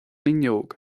fhuinneog